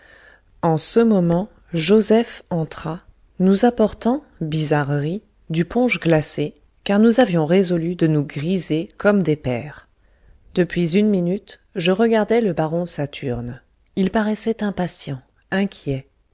en ce moment joseph entra nous apportant bizarrerie du punch glacé car nous avions résolu de nous griser comme des pairs depuis une minute je regardais le baron saturne il paraissait impatient inquiet